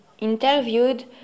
interviewed